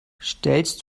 stellst